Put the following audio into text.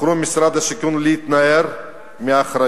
בחרו במשרד השיכון להתנער מאחריות,